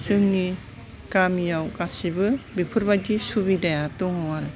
जोंनि गामियाव गासिबो बेफोबादि सुबिदाया दङ आरो